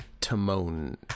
Timon